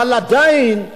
אבל עדיין,